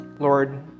Lord